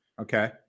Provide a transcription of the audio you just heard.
Okay